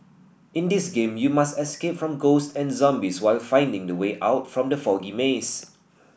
in this game you must escape from ghost and zombies while finding the way out from the foggy maze